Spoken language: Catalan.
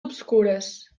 obscures